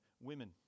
women